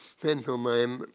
pantomime,